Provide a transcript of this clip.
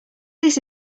this